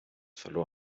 verlor